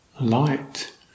light